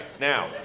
now